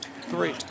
three